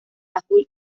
azul